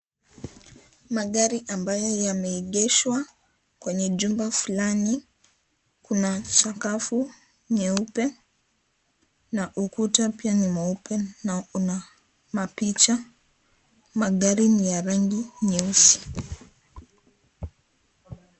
Magari ambayo yameegeshwa kwenye jumba fulani kuna sakafu nyeupe, na ukuta pia ni mweupe, na una mapicha magari ni ya rangi nyeusi.